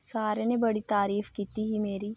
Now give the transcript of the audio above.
सारे नै बड़ी तारीफ कीती ही मेरी